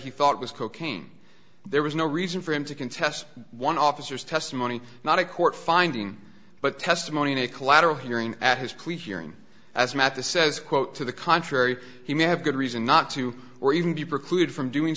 he thought was cocaine there was no reason for him to contest one officer's testimony not a court finding but testimony in a collateral hearing at his cleat hearing azmath to says quote to the contrary he may have good reason not to or even be precluded from doing